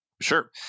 Sure